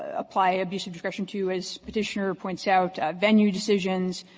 apply abuse of discretion to, as petitioner points out, venue decisions,